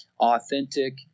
authentic